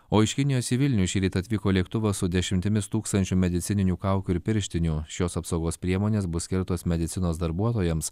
o iš kinijos į vilnių šįryt atvyko lėktuvas su dešimtimis tūkstančių medicininių kaukių ir pirštinių šios apsaugos priemonės bus skirtos medicinos darbuotojams